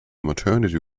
maternity